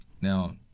Now